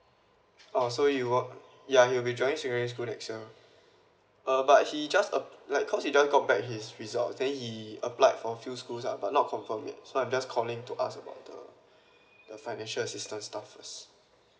oh so it work uh ya he will be joining secondary school next year uh but he just ap~ like cause he just got back his result then he applied for few schools lah but not confirm yet so I'm just calling to ask about the the financial assistance stuff first